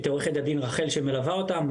את עורכת הדין רחל שמלווה אותם.